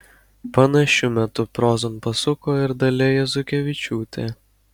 panašiu metu prozon pasuko ir dalia jazukevičiūtė